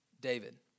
David